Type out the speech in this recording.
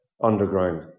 underground